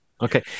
Okay